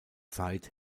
zeit